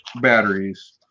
batteries